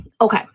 Okay